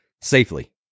safely